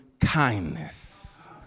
kindness